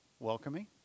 Welcoming